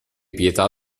pietà